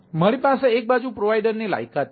તેથી મારી પાસે એક બાજુ પ્રોવાઇડરની લાયકાત છે